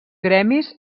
gremis